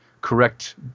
correct